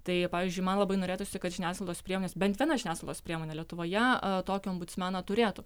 tai pavyzdžiui man labai norėtųsi kad žiniasklaidos priemonės bent viena žiniasklaidos priemonė lietuvoje tokį ombudsmeną turėtų